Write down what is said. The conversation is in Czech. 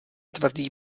tvrdý